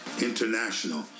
International